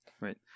right